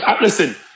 listen